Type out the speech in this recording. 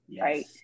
right